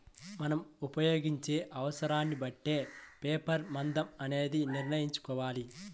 మనం ఉపయోగించే అవసరాన్ని బట్టే పేపర్ మందం అనేది నిర్ణయించుకోవాలి